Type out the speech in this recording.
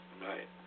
Right